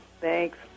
Thanks